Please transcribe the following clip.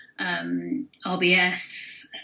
RBS